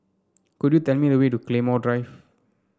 could you tell me the way to Claymore Drive